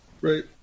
Right